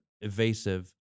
evasive